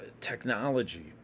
technology